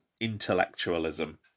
intellectualism